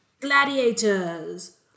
Gladiators